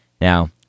Now